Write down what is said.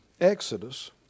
Exodus